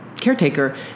caretaker